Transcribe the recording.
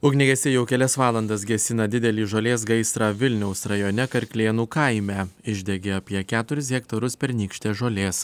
ugniagesiai jau kelias valandas gesina didelį žolės gaisrą vilniaus rajone karklėnų kaime išdegė apie keturis hektarus pernykštės žolės